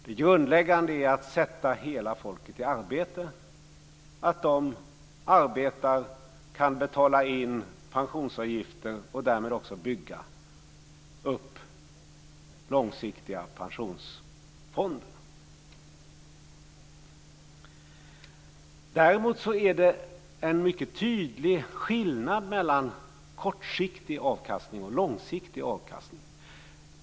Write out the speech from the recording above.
Det grundläggande är att sätta hela folket i arbete, att de arbetar och kan betala in pensionsavgifter och därmed också bygga upp långsiktiga pensionsfonder. Däremot finns det en mycket tydlig skillnad mellan kortsiktig avkastning och långsiktig avkastning.